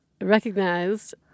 recognized